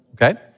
Okay